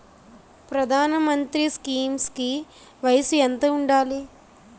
ప్రధాన మంత్రి స్కీమ్స్ కి వయసు ఎంత ఉండాలి?